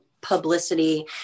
publicity